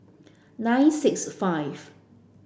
nine six five